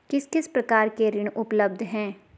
किस किस प्रकार के ऋण उपलब्ध हैं?